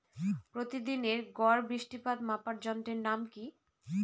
প্রতিদিনের গড় বৃষ্টিপাত মাপার যন্ত্রের নাম কি?